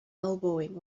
elbowing